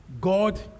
God